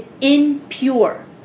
impure